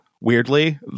weirdly